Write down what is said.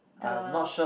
the